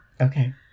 okay